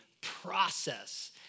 process